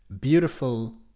beautiful